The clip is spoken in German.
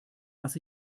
was